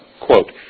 Quote